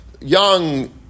young